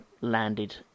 landed